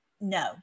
no